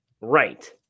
Right